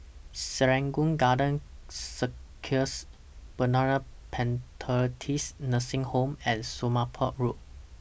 Serangoon Garden Circus Bethany Methodist Nursing Home and Somapah Road